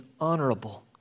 honorable